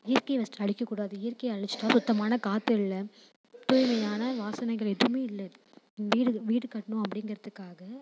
இயற்கையை ஃபஸ்ட்டு அழிக்கக்கூடாது இயற்கையை அழிச்சிட்டா சுத்தமான காற்று இல்லை தூய்மையான வாசனைகள் எதுவுமே இல்லை வீடு வீடு கட்டணும் அப்படிங்கிறத்துக்காக